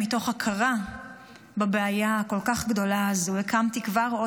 מתוך הכרה בבעיה הכל-כך גדולה הזו הקמתי עוד